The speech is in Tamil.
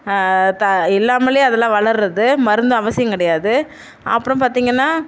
த இல்லாமலேயே அதலாம் வளர்றது மருந்து அவசியம் கிடையாது அப்புறம் பார்த்தீங்கன்னா